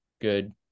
good